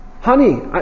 Honey